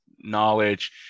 knowledge